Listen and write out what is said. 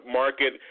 market